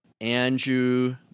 Andrew